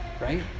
right